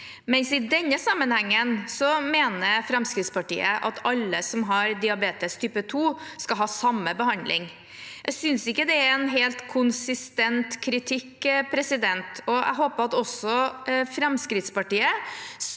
men i denne sammenhengen mener Fremskrittspartiet at alle som har diabetes type 2, skal ha samme behandling. Jeg synes ikke det er en helt konsistent kritikk. Jeg håper at også Fremskrittspartiet